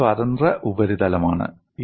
ഇതൊരു സ്വതന്ത്ര ഉപരിതലമാണ്